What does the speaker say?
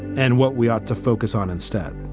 and what we ought to focus on instead.